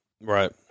Right